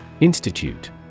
Institute